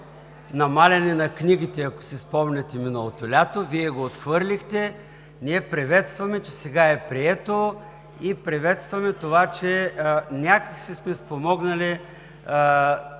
намаляване на книгите, ако си спомняте, миналото лято Вие го отхвърлихте. Ние приветстваме, че сега е прието и приветстваме това, че някак си сме спомогнали